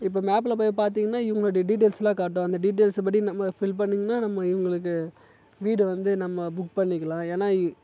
இப்போ மேப்பில் போய் பார்த்திங்கன்னா இவங்களுடைய டீடெயில்ஸ் எல்லாம் காட்டும் அந்த டீடெய்ல்ஸு படி நம்ம ஃபில் பண்ணமுன்னா நம்மளுக்கு நம்ம இவங்களுக்கு வீடு வந்து நம்ம புக் பண்ணிக்கலாம் ஏன்னா